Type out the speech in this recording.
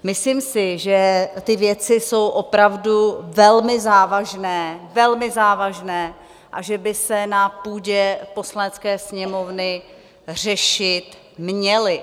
Myslím si, že ty věci jsou opravdu velmi závažné, velmi závažné a že by se na půdě Poslanecké sněmovny řešit měly.